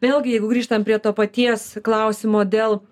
vėlgi jeigu grįžtam prie to paties klausimo dėl